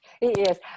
Yes